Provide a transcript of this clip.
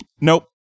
Nope